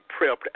prepped